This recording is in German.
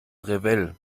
revell